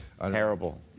Terrible